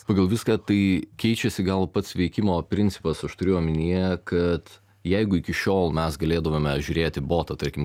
pagal viską tai keičiasi gal pats veikimo principas aš turiu omenyje kad jeigu iki šiol mes galėdavome žiūrėti botą tarkim